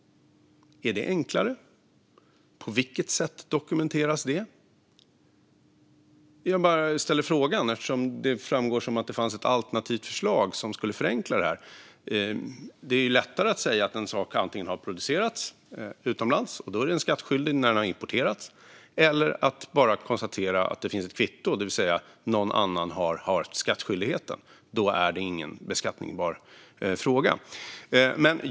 Är det enklare? På vilket sätt dokumenteras det? Jag bara undrar eftersom det framställs som att det finns ett alternativt förslag som förenklar det här. Det är lättare att säga att något har producerats utomlands och är skattskyldigt vid import eller att konstatera att det finns ett kvitto och att någon annan därmed har skattskyldigheten och det därför inte är beskattningsbart.